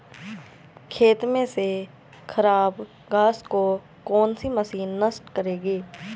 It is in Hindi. खेत में से खराब घास को कौन सी मशीन नष्ट करेगी?